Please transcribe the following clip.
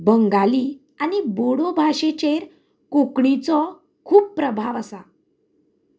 बंगाली आनी बोडो भाशेचेर कोंकणीचो खूब प्रभाव आसा